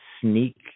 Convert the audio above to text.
sneak